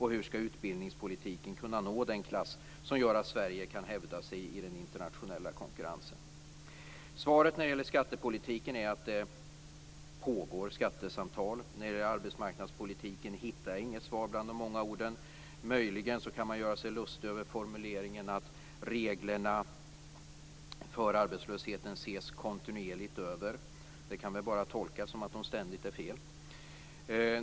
Hur skall utbildningspolitiken kunna nå den klass som gör att Sverige kan hävda sig i den internationella konkurrensen? Svaret när det gäller skattepolitiken är att det pågår skattesamtal. När det gäller arbetsmarknadspolitiken hittar jag inget svar bland de många orden. Möjligen kan man göra sig lustig över formuleringen att reglerna på det området ses kontinuerligt över. Det kan väl bara tolkas så att det ständigt är fel på dem.